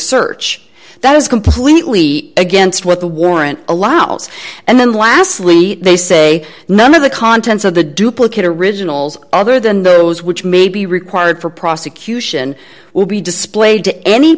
search that is completely against what the warrant a louse and then lastly they say none of the contents of the duplicate originals other than those which may be required for prosecution will be displayed